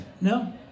No